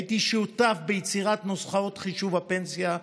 הייתי שותף ביצירת נוסחאות חישוב הפנסיה,